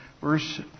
verse